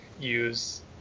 use